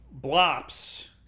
Blops